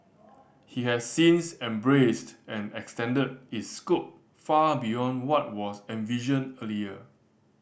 he has since embraced and extended its scope far beyond what was envisioned earlier